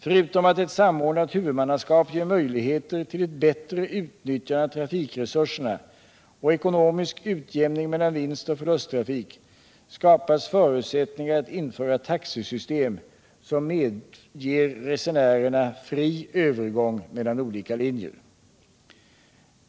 Förutom att ett samordnat huvudmannaskap ger möjligheter till ett bättre utnyttjande av trafikresurserna och ekonomisk utjämning mellan vinstoch förlusttrafik skapas förutsättningar att införa taxesystem som medger resenärerna fri övergång mellan olika linjer.